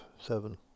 seven